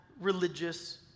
religious